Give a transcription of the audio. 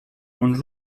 und